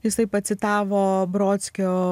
jisai pacitavo brockio